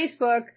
Facebook